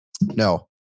No